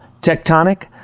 Tectonic